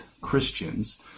Christians